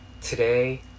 Today